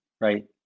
right